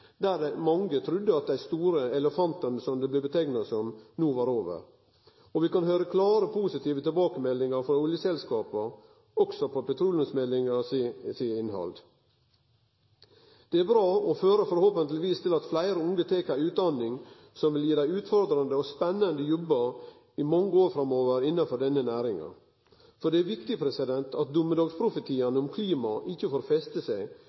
der mange trudde at det no var over for dei store «elefantane», som dei blei kalla. Vi kan høyre klare positive tilbakemeldingar frå oljeselskapa på innhaldet i petroleumsmeldinga. Det er bra og fører forhåpentlegvis til at fleire unge tek ei utdanning som vil gi dei utfordrande og spennande jobbar innafor denne næringa i mange år framover. For det er viktig at dommedagsprofetiane om klimaet ikkje får feste seg,